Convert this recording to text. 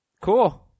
Cool